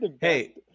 Hey